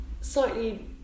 slightly